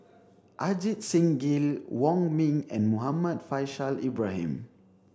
Ajit Singh Gill Wong Ming and Muhammad Faishal Ibrahim